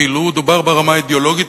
כי לו דובר ברמה האידיאולוגית,